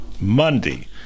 Monday